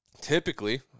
Typically